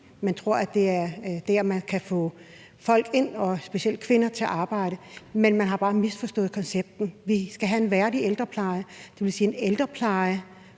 man tror, at man kan få folk, og specielt kvinder, til at arbejde. Men man har bare misforstået konceptet. Vi skal have en værdig ældrepleje, dvs. en ældrepleje,